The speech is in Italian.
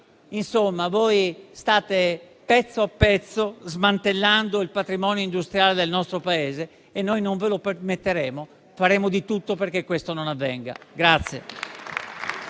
Insomma voi, pezzo dopo pezzo, state smantellando il patrimonio industriale del nostro Paese, ma noi non ve lo permetteremo e faremo di tutto perché questo non avvenga.